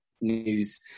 news